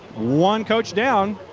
one coach down.